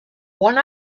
one